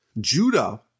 Judah